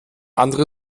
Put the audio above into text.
andere